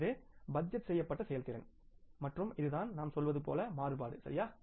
இது பட்ஜெட் செய்யப்பட்ட செயல்திறன் மற்றும் இதுதான் நாம் சொல்வது போல் மாறுபாடு சரியா